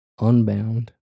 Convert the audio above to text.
unbound